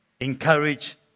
Encourage